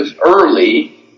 early